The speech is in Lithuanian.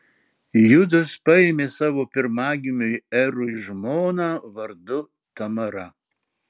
judas paėmė savo pirmagimiui erui žmoną vardu tamara